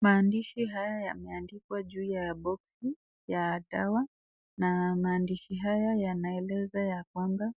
Maandishi haya yameandikwa juu ya boksi ya dawa na maandishi haya yanaeleza ya kwamba